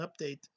update